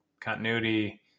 continuity